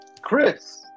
Chris